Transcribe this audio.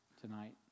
tonight